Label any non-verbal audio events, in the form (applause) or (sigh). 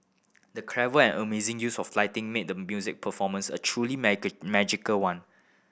the clever and amazing use of lighting made the musical performance a truly (unintelligible) magical one